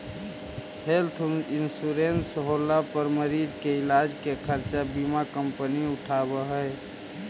health insurance होला पर मरीज के इलाज के खर्चा बीमा कंपनी उठावऽ हई